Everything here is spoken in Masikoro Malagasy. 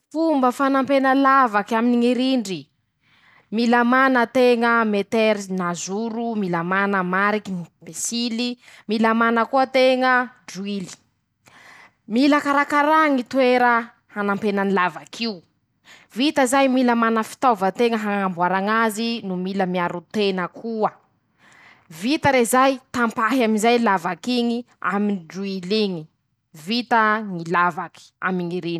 Fomba fanampena lavaky aminy ñy rindry: -Mila mana teña meterisy na zoro. -Mila mana mariky mm pisily. -Mila mana koa teña droily. -Mila karakarà ñy toera hanampena any lavak'io, vita zay. -Mila mana fitaôva teña hañamboara ñazy. -Mila miaro tena koa, vita rezay, tampahy am'izay lavak'iñy aminy droil'iñy, vita ñy lavaky aminy ñy rindry'zay.